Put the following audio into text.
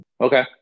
Okay